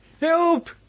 Help